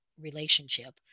relationship